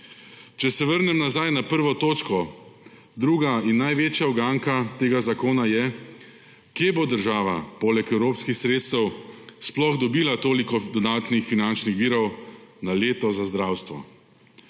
Če se vrnem nazaj na 1. točko, druga in največja uganka tega zakona je, kje bo država poleg evropskih sredstev sploh dobila toliko dodatnih finančnih virov na leto za zdravstvo.